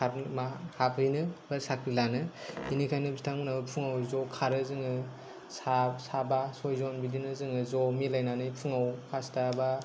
खारनो बा हाबहैनो बा साख्रि लानो बिनिखायनो बिथांमोनाबो ज' खारो जोङो सा साबा सयजन बिदिनो जोङो ज' मिलायनानै फुङाव पासता बा